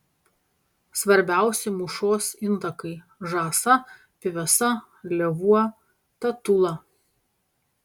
svarbiausi mūšos intakai žąsa pyvesa lėvuo tatula